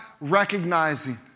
recognizing